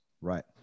Right